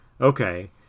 okay